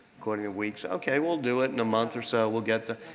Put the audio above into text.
according to weeks, okay, we'll do it in a month or so. we'll get it.